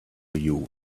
you